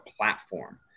platform